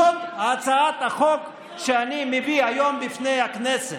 זאת הצעת החוק שאני מביא היום בפני הכנסת.